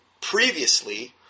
previously